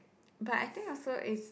but I think also is